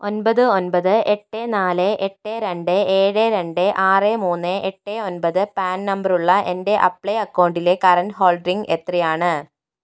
ഒൻപത് ഒൻപത് എട്ട് നാല് എട്ട് രണ്ട് ഏഴ് രണ്ട് ആറ് മൂന്ന് എട്ട് ഒൻപത് പാൻ നമ്പറുള്ള എൻ്റെ അപ്ലൈ അക്കൗണ്ടിലെ കറണ്ട് ഹോൾഡിംഗ് എത്രയാണ്